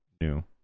new